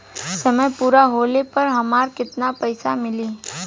समय पूरा होला पर हमरा केतना पइसा मिली?